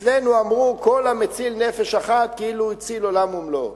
אצלנו אמרו: כל המציל נפש אחת כאילו הציל עולם ומלואו,